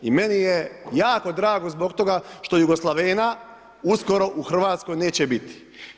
I meni je jako drago zbog toga što Jugoslavena uskoro u Hrvatskoj neće biti.